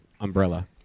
umbrella